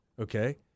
okay